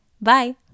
Bye